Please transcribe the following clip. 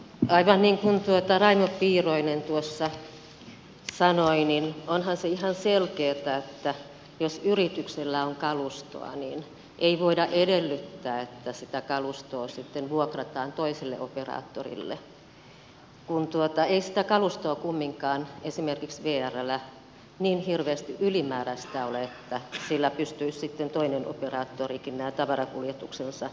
aivan niin kuin raimo piirainen tuossa sanoi onhan se ihan selkeätä että jos yrityksellä on kalustoa niin ei voida edellyttää että sitä kalustoa sitten vuokrataan toiselle operaattorille kun ei sitä kalustoa kumminkaan esimerkiksi vrllä niin hirveästi ylimääräistä ole että sillä pystyisi sitten toinenkin operaattori nämä tavarakuljetuksensa huolehtimaan